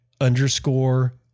underscore